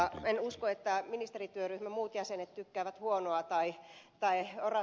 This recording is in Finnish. en usko että ministerityöryhmän muut jäsenet tykkäävät huonoa tai ed